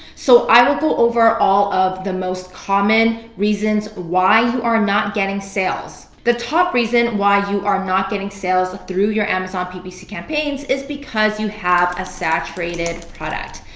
so i will go over all of the most common reasons why you are not getting sales. the top reason why you are not getting sales through your amazon ppc campaigns is because you have a saturated product.